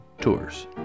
Tours